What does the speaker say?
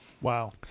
Wow